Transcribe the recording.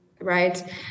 right